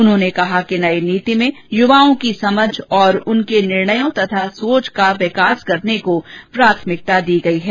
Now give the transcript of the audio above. उन्होंने कहा कि नई ॅनीति में युवाओं की समझ और उनके निर्णयों तथा सोच का विकास करने को प्राथमिकता दी गई है